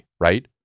right